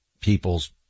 people's